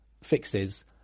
fixes